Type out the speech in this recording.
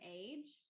age